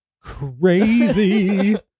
crazy